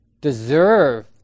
deserve